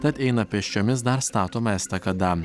tad eina pėsčiomis dar statoma estakada